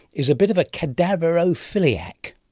is a bit of a cadaverophiliac.